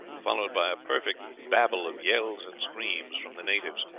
followed by a perfect babel of yells and screams from the natives.